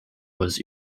was